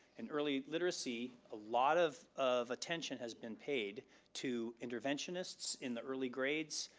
and early literacy, a lot of of attention has been paid to interventionists in the early grades,